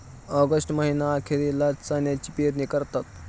August महीना अखेरीला चण्याची पेरणी करतात